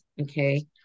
Okay